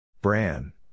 Bran